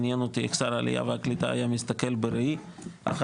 מעניין אותי איך שר העלייה והקליטה היה מסתכל בראי אחרי